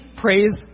praise